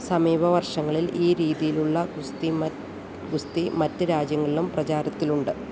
സമീപ വർഷങ്ങളിൽ ഈ രീതിയിലുള്ള ഗുസ്തി മറ്റ് രാജ്യങ്ങളിലും പ്രചാരത്തിലുണ്ട്